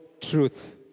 truth